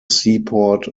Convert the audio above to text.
seaport